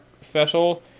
special